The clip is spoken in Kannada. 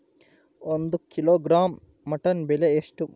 ಒಂದು ಕಿಲೋಗ್ರಾಂ ಮಟನ್ ಬೆಲೆ ಎಷ್ಟ್?